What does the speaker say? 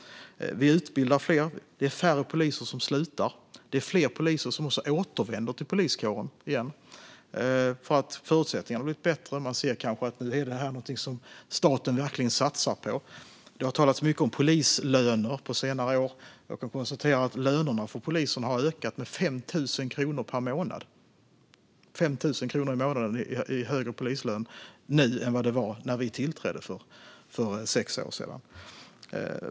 Vi utbildar fler. Det är färre poliser som slutar. Det är också fler poliser som återvänder till poliskåren eftersom förutsättningarna har blivit bättre. Man ser kanske att detta nu är någonting som staten verkligen satsar på. Det har talats mycket om polislöner på senare år. Låt mig konstatera att lönerna för poliserna har ökat med 5 000 kronor per månad. Polislönen är nu 5 000 kronor högre i månaden än när vi tillträdde för sex år sedan.